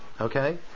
okay